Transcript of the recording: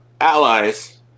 allies